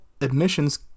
admissions